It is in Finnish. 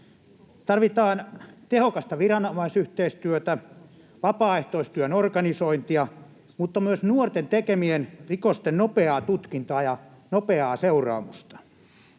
Tarvitaan tehokasta viranomaisyhteistyötä ja vapaaehtoistyön organisointia mutta myös nuorten tekemien rikosten nopeaa tutkintaa ja nopeaa seuraamusta.